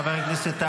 חברת הכנסת טאהא,